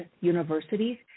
universities